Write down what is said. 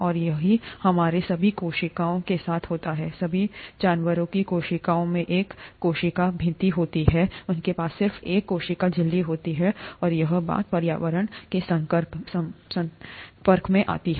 और यही हमारे सभी कोशिकाओं के साथ होता है सभी जानवरों की कोशिकाओं में एक कोशिका भित्ति नहीं होती है उनके पास सिर्फ एक कोशिका झिल्ली होती है और यही बात पर्यावरण के संपर्क में आती है